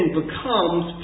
becomes